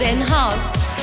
Enhanced